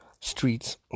streets